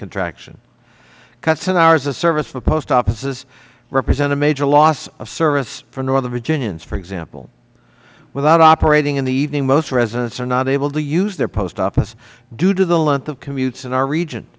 contraction cuts in hours and service for post offices represent a major loss of service for northern virginians for example without operating in the evening most residents are not able to use their post office due to the length of commutes in our region